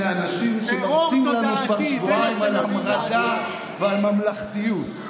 הינה האנשים שמרצים לנו כבר שבועיים על המרדה ועל ממלכתיות.